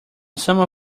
some